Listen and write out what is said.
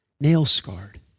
nail-scarred